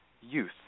youth